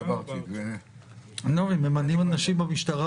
תודה לנציגי המשרד